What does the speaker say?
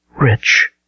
rich